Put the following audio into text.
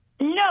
No